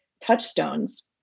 touchstones